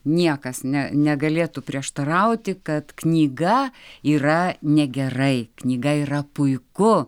niekas ne negalėtų prieštarauti kad knyga yra negerai knyga yra puiku